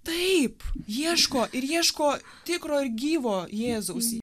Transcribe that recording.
taip ieško ir ieško tikro ir gyvo jėzaus